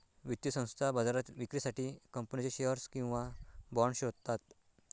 वित्तीय संस्था बाजारात विक्रीसाठी कंपनीचे शेअर्स किंवा बाँड शोधतात